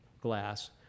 glass